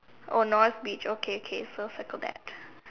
oh North beach okay okay so circle that